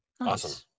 Awesome